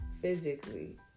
physically